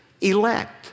elect